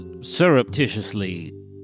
surreptitiously